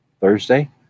Thursday